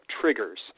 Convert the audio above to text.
triggers